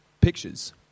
pictures